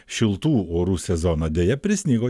šiltų orų sezoną deja prisnigo